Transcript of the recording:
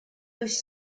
whose